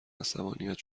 عصبانیت